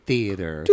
Theater